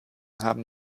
haben